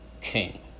king